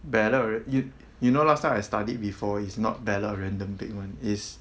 ballot yo~ you know last time I studied before is not ballot random thing one is